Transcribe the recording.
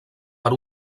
per